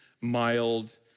mild